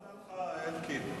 מה דעתך, אלקין?